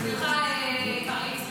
סליחה, קריב.